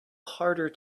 harder